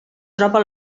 troba